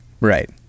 Right